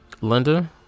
linda